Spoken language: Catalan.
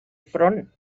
front